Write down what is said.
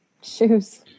shoes